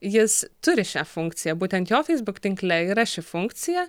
jis turi šią funkciją būtent jo feisbuk tinkle yra ši funkcija